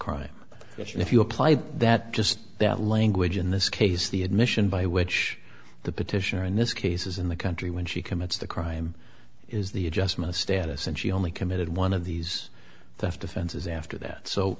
crime if you apply that just that language in this case the admission by which the petitioner in this case is in the country when she commits the crime is the adjustment of status and she only committed one of these theft offenses after that